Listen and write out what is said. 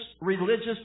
religious